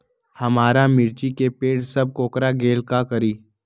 हमारा मिर्ची के पेड़ सब कोकरा गेल का करी?